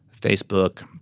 Facebook